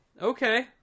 Okay